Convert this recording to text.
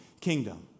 kingdom